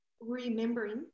remembering